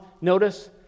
notice